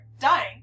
Dying